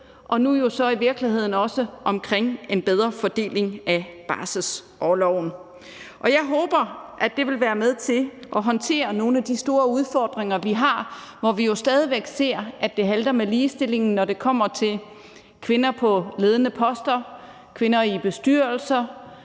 jo så i virkeligheden også omkring en bedre fordeling af barselsorloven. Jeg håber, at det vil være med til, at vi kan håndtere nogle af de store udfordringer, vi har, hvor vi jo stadig væk ser, at det halter med ligestillingen, når det kommer til kvinder på ledende poster, kvinder i bestyrelser,